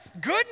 Good